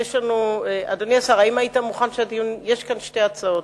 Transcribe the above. אדוני השר, יש כאן שתי הצעות.